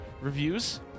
reviews